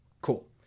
Cool